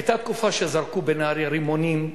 היתה תקופה שזרקו בנהרייה רימונים,